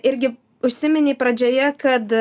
irgi užsiminei pradžioje kad